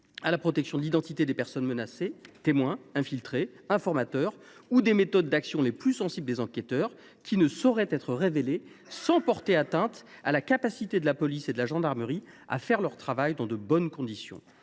la protection de l’identité des personnes menacées – témoins, infiltrés, informateurs – ou des méthodes d’action les plus sensibles des enquêteurs, lesquelles ne sauraient être révélées sans porter atteinte à la capacité de la police et de la gendarmerie à faire leur travail dans de bonnes conditions.